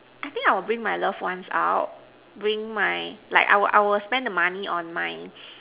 I think I will bring my loved ones out bring my like I will I will spend the money on my